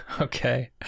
okay